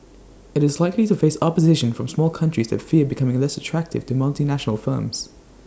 IT is likely to face opposition from small countries that fear becoming less attractive to multinational firms